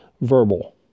verbal